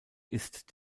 ist